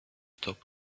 top